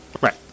Right